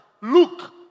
Look